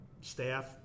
staff